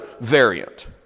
variant